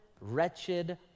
wretched